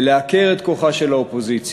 לעקר את כוחה של האופוזיציה.